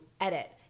edit